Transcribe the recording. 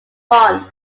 font